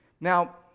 Now